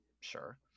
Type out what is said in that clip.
Sure